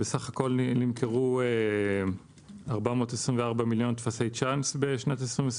בסך הכול נמכרו 424 מיליון טפסי צ'אנס בשנת 2021,